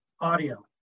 audio